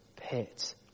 pit